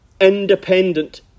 independent